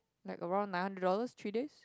like around nine hundred dollars three days